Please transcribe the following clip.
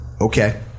Okay